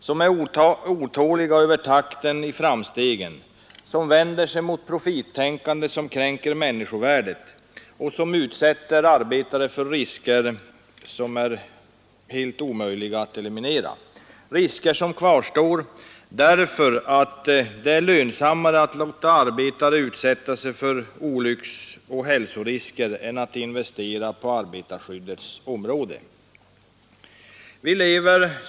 Man är otålig över takten i framstegen och vänder sig mot ett profittänkande som kränker människovärdet och utsätter arbetare för onödiga risker, risker som kvarstår därför att det är lönsammare att låta arbetaren utsätta sig för olycksoch hälsorisker än att investera på arbetarskyddets område.